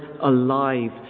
alive